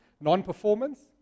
non-performance